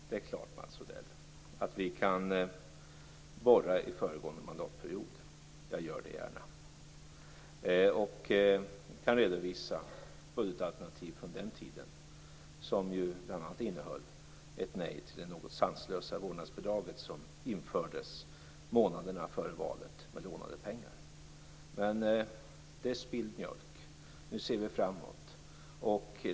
Fru talman! Det är klart, Mats Odell, att vi kan borra i föregående mandatperiod. Jag gör det gärna och kan redovisa budgetalternativ från den tiden som bl.a. innehöll ett nej till det något sanslösa vårdnadsbidrag som infördes månaderna före valet med lånade pengar, men det är spilld mjölk. Nu ser vi framåt.